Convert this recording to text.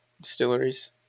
distilleries